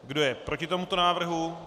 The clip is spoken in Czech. Kdo je proti tomuto návrhu?